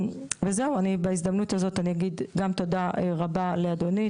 אני בהזדמנות הזו אגיד גם תודה רבה לאדוני,